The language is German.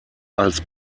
als